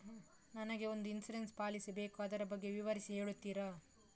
ನನಗೆ ಒಂದು insurance policy ಬೇಕು ಅದರ ಬಗ್ಗೆ ವಿವರಿಸಿ ಹೇಳುತ್ತೀರಾ?